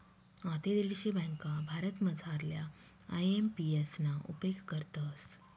आते दीडशे ब्यांका भारतमझारल्या आय.एम.पी.एस ना उपेग करतस